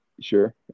Sure